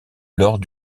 lors